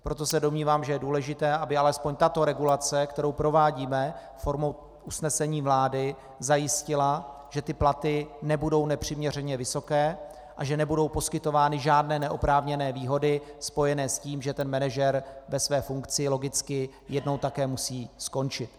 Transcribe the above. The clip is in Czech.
Proto se domnívám, že je důležité, aby alespoň tato regulace, kterou provádíme formou usnesení vlády, zajistila, že platy nebudou nepřiměřeně vysoké a že nebudou poskytovány žádné neoprávněné výhody spojené s tím, že manažer ve své funkci logicky jednou také musí skončit.